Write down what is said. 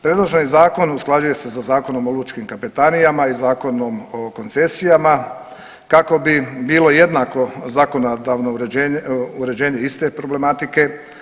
Predloženi Zakon usklađuje se sa Zakonom o lučkim kapetanijama i Zakonom o koncesijama kako bi bilo jednako zakonodavno uređenje, uređenje iste problematike.